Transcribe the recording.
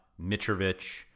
Mitrovic